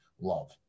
love